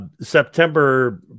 September